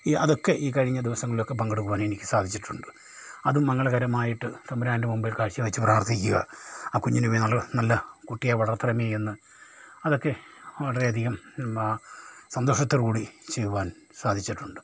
ഈ അതൊക്കെ ഈ കഴിഞ്ഞ ദിവസങ്ങളിലൊക്കെ പങ്കെടുക്കുവാൻ എനിക്ക് സാധിച്ചിട്ടുണ്ട് അതും മംഗളകരമായിട്ട് തമ്പുരാൻ്റെ മുമ്പേ കാഴ്ചവച്ച് പ്രാർത്ഥിക്കുക ആ കുഞ്ഞിനെ നീ നല്ല കുട്ടിയായ് വളർത്തണമേ എന്ന് അതൊക്കെ വളരെ അധികം സന്തോഷത്തോടുകൂടി ചെയ്യുവാൻ സാധിച്ചിട്ടുണ്ട്